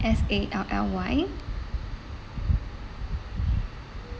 S A L L Y